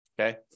Okay